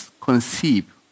conceive